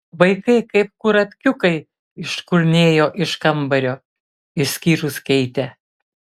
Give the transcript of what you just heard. vaikai kaip kurapkiukai iškurnėjo iš kambario išskyrus keitę